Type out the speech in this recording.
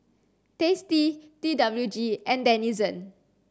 Tasty T W G and Denizen